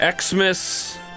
Xmas